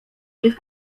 tych